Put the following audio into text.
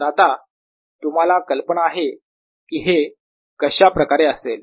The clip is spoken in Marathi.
तर आता तुम्हाला कल्पना आहे की हे कशाप्रकारे असेल